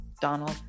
Donald